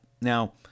Now